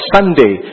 Sunday